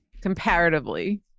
Comparatively